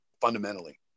Fundamentally